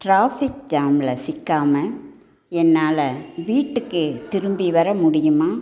traffic ஜாமில் சிக்காமல் என்னால் வீட்டுக்கு திரும்பி வர முடியுமா